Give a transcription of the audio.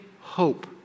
hope